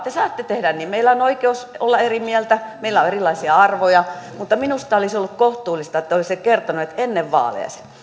te saatte tehdä niin meillä on oikeus olla eri mieltä meillä on erilaisia arvoja mutta minusta olisi ollut kohtuullista että olisitte kertoneet ennen vaaleja sen